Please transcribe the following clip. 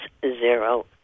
zero